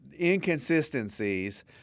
inconsistencies